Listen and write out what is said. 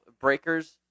Breakers